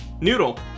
noodle